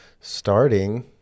starting